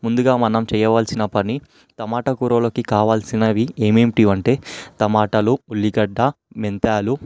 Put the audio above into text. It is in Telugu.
ముందుగా మనం చేయవలసిన పని టమాటా కూరలోకి కావాల్సినవి ఏమిటి అంటే టమాటాలు ఉల్లిగడ్డ మెంతులు